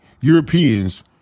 Europeans